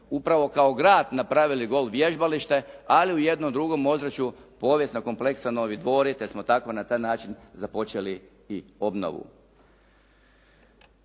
upravo kao grad napravili golf vježbalište, ali u jednom drugom ozračju povijesnog kompleksa "Novi dvori" te smo tako na taj način započeli i obnovu.